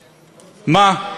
מה,